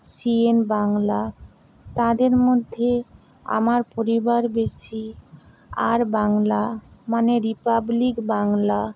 CN Bangla তাদের মধ্যে আমার পরিবার বেশি আর বাংলা মানে রিপাবলিক বাংলা